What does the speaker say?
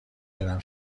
برم